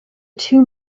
two